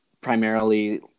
primarily